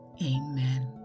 Amen